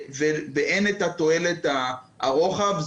ואין את תועלת הרוחב.